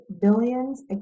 billions